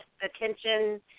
attention